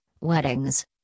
weddings